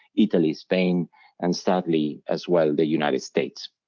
italy, spain and sadly as well the united states.